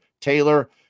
Taylor